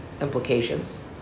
implications